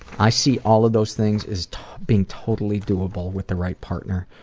i see all of those things as being totally doable with the right partner,